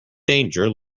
danger